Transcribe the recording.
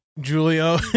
julio